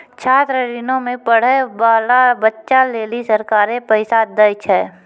छात्र ऋणो मे पढ़ै बाला बच्चा लेली सरकारें पैसा दै छै